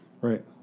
Right